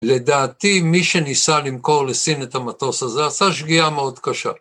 לדעתי מי שניסה למכור לסין את המטוס הזה עשה שגיאה מאוד קשה.